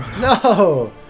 No